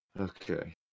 Okay